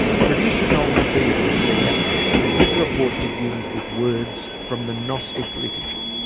producer noel debien was there and his report begins with words from the gnostic liturgy.